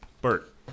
bert